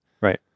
Right